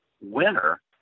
winner